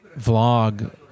vlog